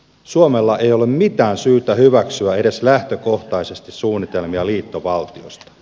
suomella ei ole mitään syytä hyväksyä edes lähtökohtaisesti suunnitelmia liittovaltiosta